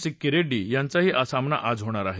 सिक्की रेङ्डी यांचाही सामना आज होणार आहे